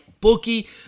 Bookie